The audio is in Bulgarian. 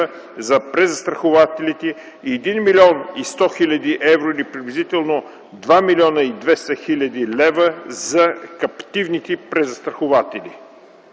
за презастрахователите и 1 млн. 100 хил. евро или приблизително 2 млн. 200 хил. лв. за каптивните презастрахователи.